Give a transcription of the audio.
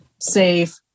safe